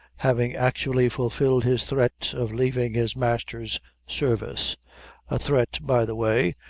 having actually fulfilled his threat of leaving his master's service a threat, by the way,